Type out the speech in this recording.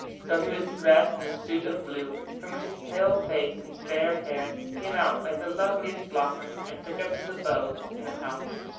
so he was dressed in a suit of blue, from which his pale face and fair hair came out like the loveliest blossom, and took up his abode in the house.